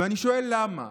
אני שואל למה,